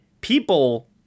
people